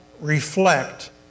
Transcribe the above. reflect